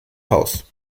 haus